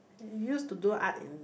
use to do art in